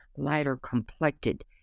lighter-complected